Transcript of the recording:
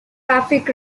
pacific